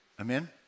Amen